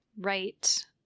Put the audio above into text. Right